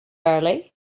early